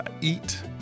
eat